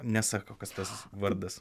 nesako kas tas vardas